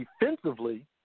defensively